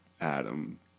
Adam